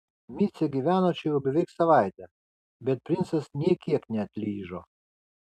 micė gyveno čia jau beveik savaitę bet princas nė kiek neatlyžo